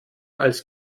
als